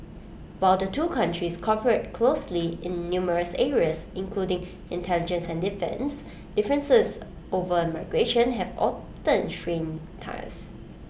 while the two countries cooperate closely in numerous areas including intelligence and defence differences over migration have often strained ties